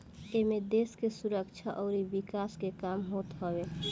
एमे देस के सुरक्षा अउरी विकास के काम होत हवे